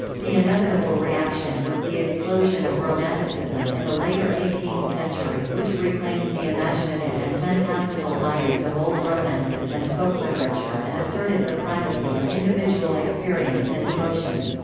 the inevitable reaction was the explosion of romanticism in the later eighteenth century which reclaimed the imaginative and fantastical bias of old romances and folk-literature and asserted the primacy of individual experience and emotion.